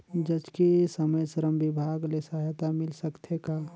जचकी समय श्रम विभाग ले सहायता मिल सकथे का?